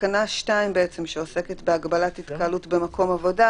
11:09) בתקנה 2 שעוסקת בהגבלת התקהלות במקום עבודה,